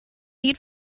eat